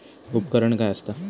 उपकरण काय असता?